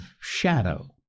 shadow